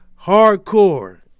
Hardcore